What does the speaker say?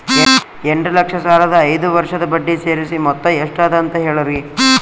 ಎಂಟ ಲಕ್ಷ ಸಾಲದ ಐದು ವರ್ಷದ ಬಡ್ಡಿ ಸೇರಿಸಿ ಮೊತ್ತ ಎಷ್ಟ ಅದ ಅಂತ ಹೇಳರಿ?